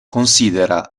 considera